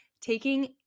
taking